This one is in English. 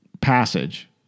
passage